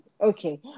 Okay